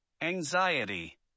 anxiety